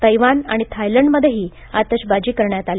Taiwan आणि थायलंडमध्येही आतषबाजी करण्यात आली